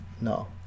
No